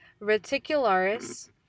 Reticularis